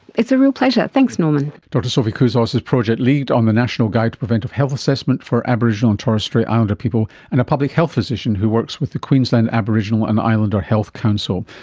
it's a real pleasure, thanks norman. dr sophie couzos is project lead on the national guide to preventive health assessment for aboriginal and torres strait islander people, and a public health physician who works with the queensland aboriginal and islander health council.